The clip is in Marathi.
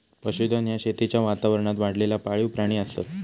पशुधन ह्या शेतीच्या वातावरणात वाढलेला पाळीव प्राणी असत